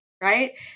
Right